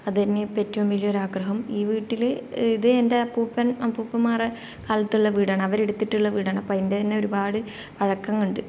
അതുതന്നെയാണ് ഇപ്പോൾ ഏറ്റവും വലിയ ഒരാഗ്രഹം ഈ വീട്ടില് ഇതെൻ്റെ അപ്പൂപ്പൻ അപ്പൂപ്പന്മാരുടെ കാലത്തുള്ള വീടാണ് അവര് എടുത്തിട്ടുള്ള വീടാണ് അപ്പോൾ അതിൻ്റെ തന്നെ ഒരുപാട് പഴക്കമുണ്ട്